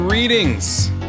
Greetings